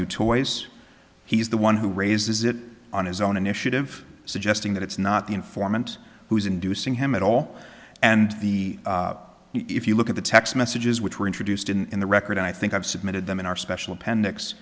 new toys he's the one who raises it on his own initiative suggesting that it's not the informant who is inducing him at all and the if you look at the text messages which were introduced in the record i think i've submitted them in our special appendix